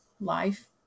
life